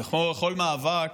ובכל מאבק,